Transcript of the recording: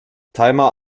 timer